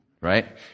right